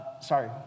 Sorry